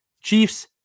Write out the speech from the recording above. Chiefs